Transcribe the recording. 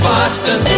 Boston